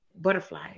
butterfly